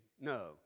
No